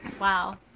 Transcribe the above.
Wow